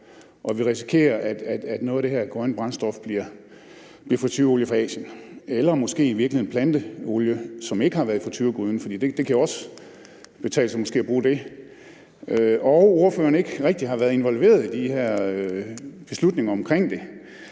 at vi risikerer, at noget af det her grønne brændstof bliver fritureolie fra Asien eller måske i virkeligheden planteolie, som ikke har været i frituregryden, for det kan måske også godt betale sig at bruge det, og når ordføreren ikke rigtig har været involveret i de her beslutninger omkring det,